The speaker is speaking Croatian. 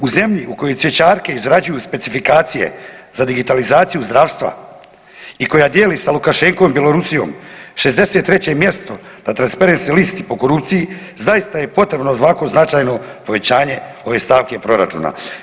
U zemlji u kojoj cvjećarke izrađuju specifikacije za digitalizaciju zdravstva i koja dijeli sa Lukašenkom i Bjelorusijom 63. mjesto na Transparency listi po korupciji zaista je potrebno ovako značajno povećanje ove stavke proračuna.